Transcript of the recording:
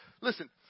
Listen